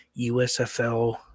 USFL